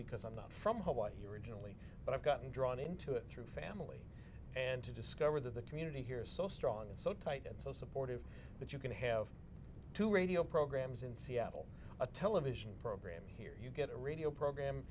because i'm not from what you originally but i've gotten drawn into it through family and to discover that the community here is so strong and so tight and so supportive but you can have two radio programs in seattle a television program here you get a radio program